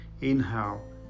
inhale